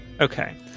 Okay